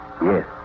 Yes